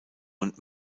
und